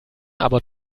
aber